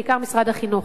בעיקר משרד החינוך,